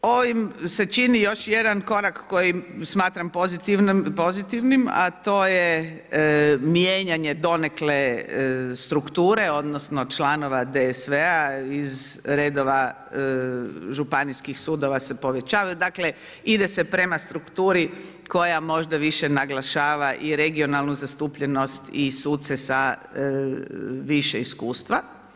Ovim se čini još jedan korak kojim smatram pozitivnim a to je mijenjanje donekle strukture odnosno članova DSV-a iz redova županijskih sudova se povećavaju, dakle ide se prema strukturi koja možda više naglašava i regionalnu zastupljenost i suce sa više iskustva.